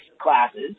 classes